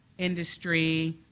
industry,